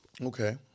Okay